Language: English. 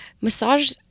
massage